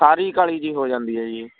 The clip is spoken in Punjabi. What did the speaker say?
ਸਾਰੀ ਕਾਲੀ ਜਿਹੀ ਹੋ ਜਾਂਦੀ ਆ ਜੀ